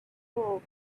hole